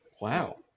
Wow